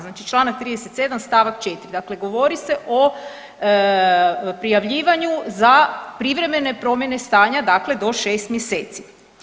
Znači Članak 37. stavak 4. dakle govori se o prijavljivanju za privremene promjene stanja dakle do 6 mjeseci.